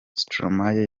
stromae